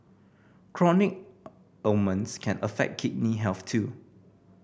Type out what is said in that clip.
chronic ailments can affect kidney health too